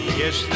yes